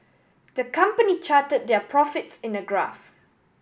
the company charted their profits in a graph